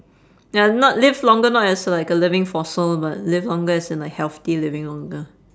ya not live longer not as a like a living fossil but living longer as in like healthy living longer